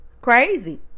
Crazy